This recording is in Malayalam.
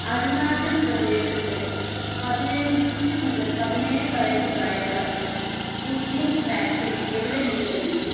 അരുണാചൽ പ്രദേശത്ത് പതിനഞ്ച് മുതൽ പതിനേഴ് വയസ്സ് പ്രായക്കാർക്ക് സ്പുട്നിക് വാക്സിൻ എവിടെ നിന്ന് ലഭിക്കും